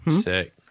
sick